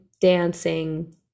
dancing